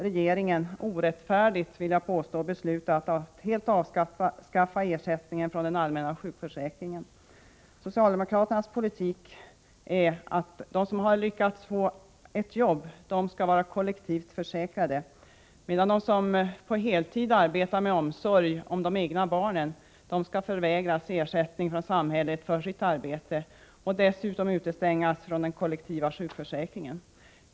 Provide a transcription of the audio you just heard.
Regeringen har — orättfärdigt, vill jag påstå — beslutat att helt avskaffa deras ersättning från den allmänna sjukförsäkringen. Socialdemokraternas politik är att de som har lyckats få ett jobb skall vara kollektivt försäkrade, medan de som på heltid arbetar med omsorg om de egna barnen skall förvägras ersättning från samhället för sitt arbete och dessutom utestängas från den kollektiva sjukförsäkringen.